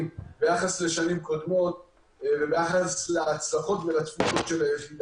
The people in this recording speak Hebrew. ביחס לשנים קודמות וביחס להצלחות ולתפוקות של היחידה.